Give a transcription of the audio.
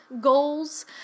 goals